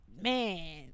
Man